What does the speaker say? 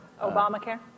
Obamacare